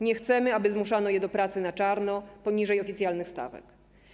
Nie chcemy, aby zmuszano je do pracy na czarno, poniżej oficjalnych stawek.